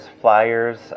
flyers